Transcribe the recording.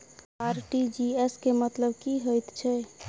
RTGS केँ मतलब की हएत छै?